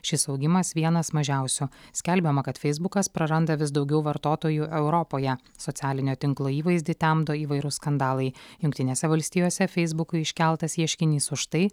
šis augimas vienas mažiausių skelbiama kad feisbukas praranda vis daugiau vartotojų europoje socialinio tinklo įvaizdį temdo įvairūs skandalai jungtinėse valstijose feisbukui iškeltas ieškinys už tai